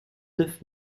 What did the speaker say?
neuf